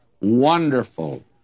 wonderful